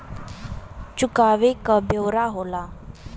चुकावे क ब्योरा होला